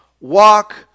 Walk